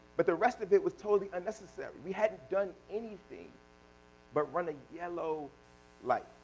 but the rest of it was totally unnecessary. we hadn't done anything but run a yellow light,